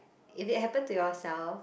if it happen to yourself